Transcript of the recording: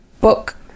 book